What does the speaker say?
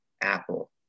Apple